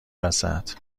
وسط